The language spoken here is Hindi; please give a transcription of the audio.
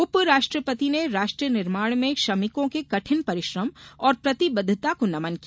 उप राष्ट्रपति ने राष्ट्र निर्माण में श्रमिकों के कठिन परिश्रम और प्रतिबद्धता को नमन किया